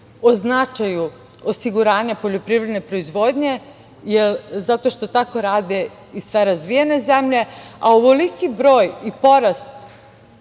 o značaju osiguranja poljoprivredne proizvodnje, zato što isto tako rade razvijene zemlje, a ovoliki broj i porast